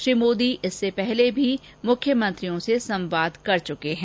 श्री मोदी इससे पहले भी मुख्यमंत्रियों से संवाद कर चुके हैं